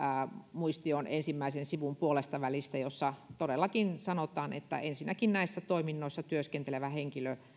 muistion ensimmäisen sivun puolestavälistä missä todellakin sanotaan että ensinnäkin näissä toiminnoissa työskentelevä